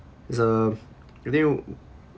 it's a new